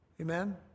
Amen